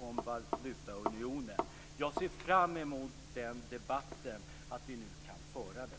om valutaunionen. Jag ser fram emot att vi nu kan föra den debatten.